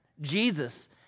jesus